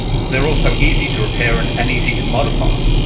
they're also easy to repair and and easy to modify.